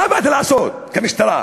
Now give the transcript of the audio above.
מה באת לעשות כמשטרה?